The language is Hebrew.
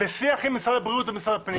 בשיח עם משרד הבריאות ועם משרד הפנים